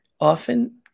often